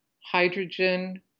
hydrogen